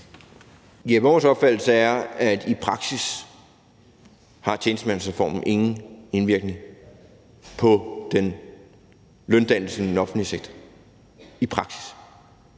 Vores opfattelse er, at i praksis har tjenestemandsreformen ingen indvirkning på løndannelsen i den offentlige sektor – i praksis.